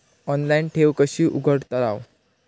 Online ठेव कशी उघडतलाव?